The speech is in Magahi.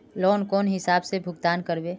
लोन कौन हिसाब से भुगतान करबे?